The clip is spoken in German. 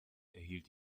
erhielt